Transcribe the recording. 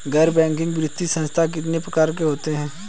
गैर बैंकिंग वित्तीय संस्थान कितने प्रकार के होते हैं?